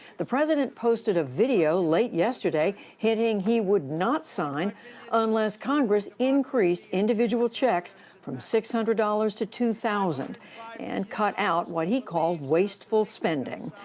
the president posted a video late yesterday hinting he would not sign unless congress increased individual checks from six hundred dollars to two thousand dollars and cut out what he called wasteful spending.